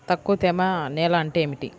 తక్కువ తేమ నేల అంటే ఏమిటి?